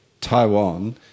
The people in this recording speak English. Taiwan